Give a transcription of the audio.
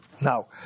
Now